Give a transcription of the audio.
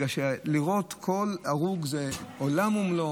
כי לראות כל הרוג זה עולם ומלואו,